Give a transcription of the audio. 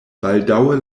baldaŭe